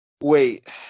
Wait